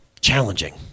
Challenging